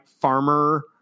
farmer